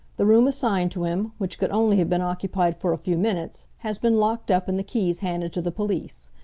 the room assigned to him, which could only have been occupied for a few minutes, has been locked up and the keys handed to the police.